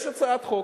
יש הצעת חוק,